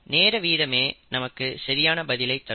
நேர வீதமே நமக்கு சரியான பதிலை தரும்